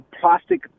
plastic